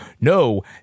no